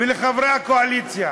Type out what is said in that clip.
ולחברי הקואליציה,